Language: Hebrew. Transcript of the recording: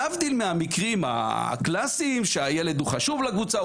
להבדיל מהמקרים הקלאסיים שהילד הוא חשוב לקבוצה,